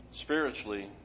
spiritually